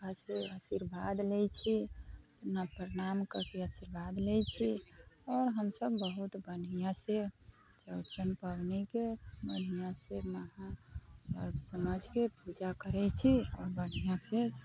आशीर्वाद लै छी प्रणाम कऽके आशीर्वाद लै छी आओर हमसब बहुत बढ़िआँसँ चौरचन पबनीके बढ़िआँसँ महापर्व समझिके पूजा करै छी आओर बढ़िआँसँ